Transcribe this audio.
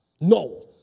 No